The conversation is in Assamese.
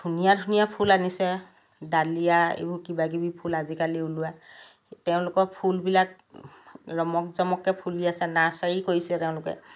ধুনীয়া ধুনীয়া ফুল আনিছে ডালিয়া এইবোৰ কিবাকিবি ফুল আজিকালি ওলোৱা তেওঁলোকৰ ফুলবিলাক ৰমক জমককৈ ফুলি আছে নাৰ্চাৰি কৰিছে তেওঁলোকে